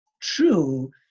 true